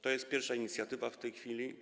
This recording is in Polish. To jest pierwsza inicjatywa w tej chwili.